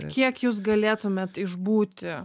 kiek jūs galėtumėt išbūti